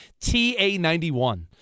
TA91